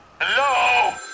Hello